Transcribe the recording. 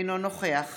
אינו נוכח